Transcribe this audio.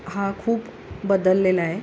हा खूप बदललेला आहे